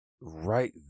right